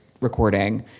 recording